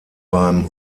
beim